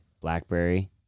blackberry